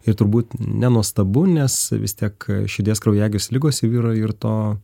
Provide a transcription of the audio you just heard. ir turbūt nenuostabu nes vis tiek širdies kraujagyslių ligos jau yra ir to